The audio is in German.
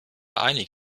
einig